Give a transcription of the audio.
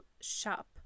shop